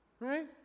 right